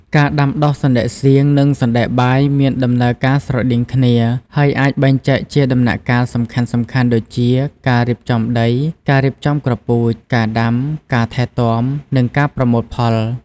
ការដាំដុះសណ្ដែកសៀងនិងសណ្ដែកបាយមានដំណើរការស្រដៀងគ្នា ហើយអាចបែងចែកជាដំណាក់កាលសំខាន់ៗដូចជា ការរៀបចំដី ការរៀបចំគ្រាប់ពូជ ការដាំ ការថែទាំ និងការប្រមូលផល។